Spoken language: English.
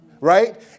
Right